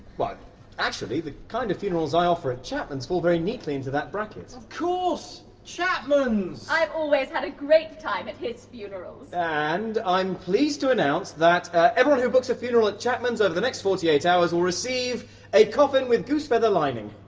but actually, the kind of funerals i offer at chapman's fall very neatly into that bracket. of course! chapman's! i've always had a great time at his funerals! and i'm pleased to announce that everyone who books a funeral at chapman's over the next forty-eight hours will receive a coffin with goose-feather lining!